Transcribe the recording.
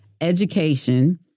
education